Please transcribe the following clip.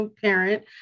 parent